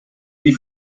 die